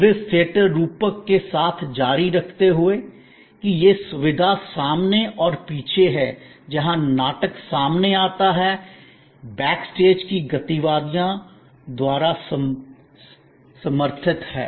service theatre रूपक के साथ जारी रखते हुए कि ये सुविधा सामने और पीछे हैं जहां नाटक सामने आता है बैक स्टेज की गतिविधियों द्वारा समर्थित है